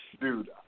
dude